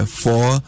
four